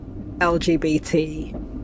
LGBT